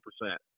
percent